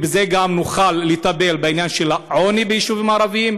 בזה גם נוכל לטפל בעניין של העוני ביישובים הערביים,